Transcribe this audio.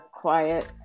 Quiet